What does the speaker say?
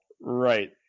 Right